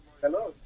Hello